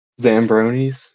Zambronis